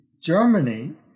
Germany